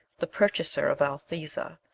the purchaser of althesa,